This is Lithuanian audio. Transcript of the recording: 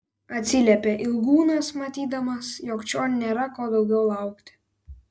atsiliepė ilgūnas matydamas jog čion nėra ko daugiau laukti